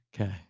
Okay